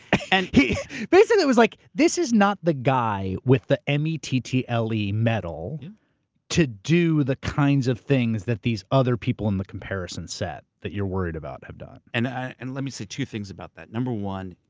and basically it was like, this is not the guy with the m e t t l e mettle to do the kinds of things that these other people in the comparison set that you're worried about have done. and and let me say two things about that. number one,